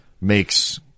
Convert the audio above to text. Makes